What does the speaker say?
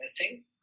missing